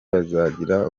bazagira